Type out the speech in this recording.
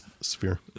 sphere